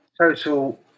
total